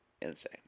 insane